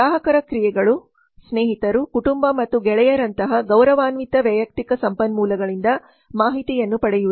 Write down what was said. ಗ್ರಾಹಕರ ಕ್ರಿಯೆಗಳು ಸ್ನೇಹಿತರು ಕುಟುಂಬ ಮತ್ತು ಗೆಳೆಯರಂತಹ ಗೌರವಾನ್ವಿತ ವೈಯಕ್ತಿಕ ಸಂಪನ್ಮೂಲಗಳಿಂದ ಮಾಹಿತಿಯನ್ನು ಪಡೆಯುವುದು